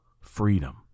freedom